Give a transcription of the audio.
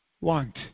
want